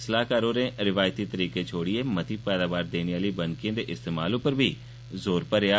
सलाहकार होरें रिवायती तरीके छोड़िए मती पैदावार देने आह्ली बनकिएं दे इस्तेमाल उप्पर बी जोर भरेया